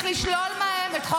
צריך לשלול מהם את האזרחות?